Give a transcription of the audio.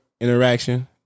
Interaction